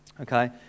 Okay